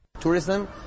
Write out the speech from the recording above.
Tourism